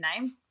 name